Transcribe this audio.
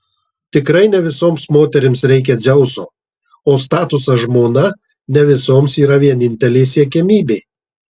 tikrai ne visoms moterims reikia dzeuso o statusas žmona ne visoms yra vienintelė siekiamybė